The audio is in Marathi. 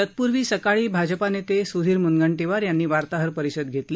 तत्पूर्वी सकाळी भाजपानेते सुधीर मुनगंटीवार यांनी वार्ताहर परिषद घेतली